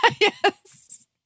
Yes